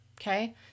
Okay